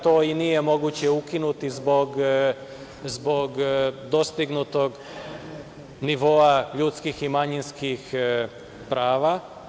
To i nije moguće ukinuti zbog dostignutog nivoa ljudskih i manjinskih prava.